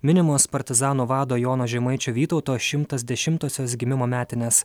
minimos partizanų vado jono žemaičio vytauto šimtas dešimosios gimimo metinės